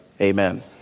amen